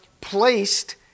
placed